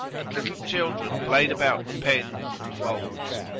and little children played about the pens and folds.